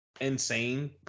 insane